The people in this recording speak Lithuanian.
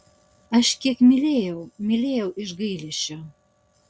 aš kiek mylėjau mylėjau iš gailesčio